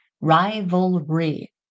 rivalry